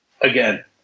again